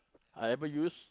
I ever use